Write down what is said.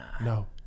no